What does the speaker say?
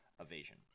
evasion